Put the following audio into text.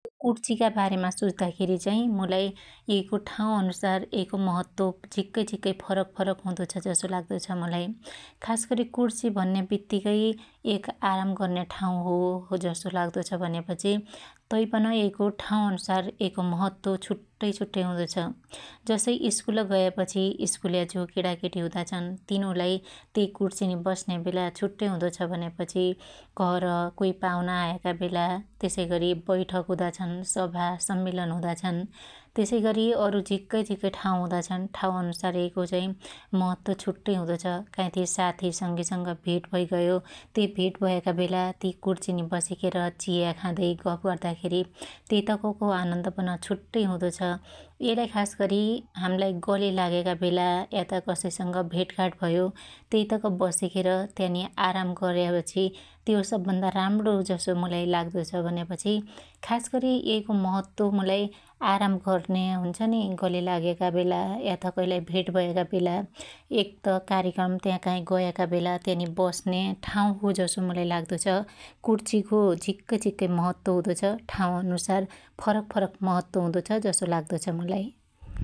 कुर्चिका बारेमा सच्दाखेरी चाइ मुलाई यैको ठाँउ अनुसार यैको महत्व झिक्कै झक्कै फरक फरक हुदो छ जसो लाग्दो छ मुलाई । खास गरी कुर्सि भन्या बित्तीकै एक आराम गर्न्या ठाँउ हो जसो लाग्दो छ भन्यापछी तैपन यैको ठाँउ अनुसार यैको महत्व छुट्टै छट्टै हुदो छ । जसै स्कुल गयापछी स्कुल्या जो केणाकेटी हुदा छन तिनुलाई त्यई कुर्सिनि बस्न्या बेला छुट्टै हुदो छ भन्यापछि घर कोई पाउना आयाका बेला त्यसै गरी बैठक हुदा छन सभा सम्मेलन हुदाछन् त्यसैगरी अरु झिक्कै झीक्कै ठाँउ हुदा छन ठाँउ अनुसार यैको चाइ महत्तव छुट्टै हुदो छ । काईथी साथीसंगीसं भेट भैगयो त्यै भेट भयाका बेला ति कुर्चिनि बसिखेर चिया खादै गफ गर्दा खेरी त्यइतकको आनन्द पन छुट्टै हुदो छ । यैलाई खासगरी हाम्लाई गल्याइ लाग्याका बेला या त कसैसंग भेटघाट भयो त्यैतक बसिखेर त्यानि आराम गर्याबछी त्यो सब भन्दा राम्णो हो जसो मुलाई लाग्दो छ भन्यापछि खासरी यैको महत्व मुलाई आराम गर्न्या हुन्छनी गल्याइ लाग्याका बेला या त कैलाई भेट भयाका बेला एक त कार्यक्रम त्या काई गयाका बेला त्यानि बस्न्या ठाँउ हो जसो मुलाई लाग्दो छ । कुर्चिको झिक्कै झीक्कै महत्व हुदो छ ठाँउ अनुसार फरक फरक महत्व हुदो छ जसो लाग्दो छ ।